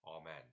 Amen